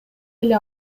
эле